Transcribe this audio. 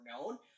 known